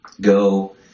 Go